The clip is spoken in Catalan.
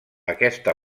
aquesta